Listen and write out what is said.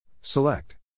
Select